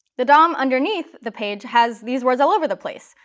the dom underneath the page has these words all over the place.